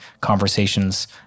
conversations